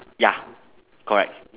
ya correct